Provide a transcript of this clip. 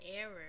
error